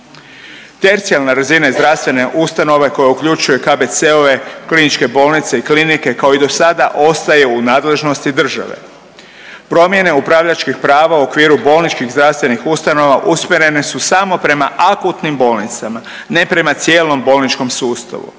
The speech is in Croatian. Tercijarna razina zdravstvene ustanove koja uključuje KBC-ove, kliničke bolnice i klinike kao i do sada ostaje u nadležnosti države. Promjene upravljačkih prava u okviru bolničkih zdravstvenih ustanova usmjerene su samo prema akutnim bolnicama, ne prema cijelom bolničkom sustavu